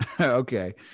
okay